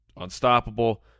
unstoppable